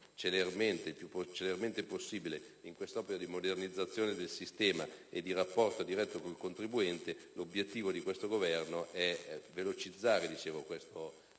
celermente possibile in questa opera di modernizzazione del sistema e di rapporto diretto con il contribuente. Obiettivo di questo Governo è velocizzare e migliorare